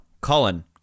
Colin